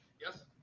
yes